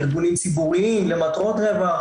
ארגונים ציבוריים למטרות רווח,